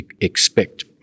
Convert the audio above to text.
expect